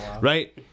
Right